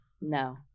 No